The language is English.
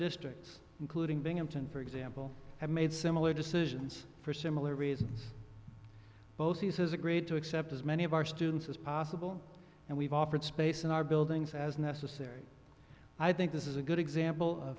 districts including binghamton for example have made similar decisions for similar reasons both uses agreed to accept as many of our students as possible and we've offered space in our buildings as necessary i think this is a good example of